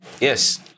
Yes